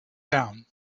down